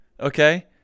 okay